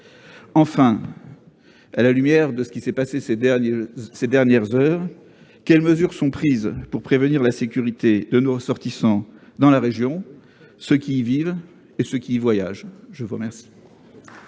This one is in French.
Enfin, à la lumière de ce qui s'est passé ces dernières heures, quelles mesures sont prises pour assurer la sécurité de nos ressortissants dans la région, ceux qui y vivent et ceux qui y voyagent ? La parole